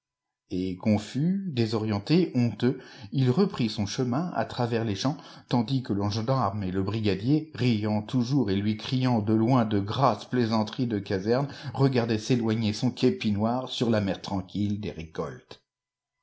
et confus désorienté honteux il reprit son chemin à travers les champs tandis que le gendarme et le brigadier riant toujours et lui criant de loin de grasses plaisanteries de caserne regardaient s'éloigner son képi noir sur la mer tranquille des récoltes